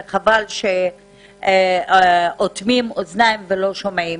וחבל שאוטמים אוזניים ולא שומעים,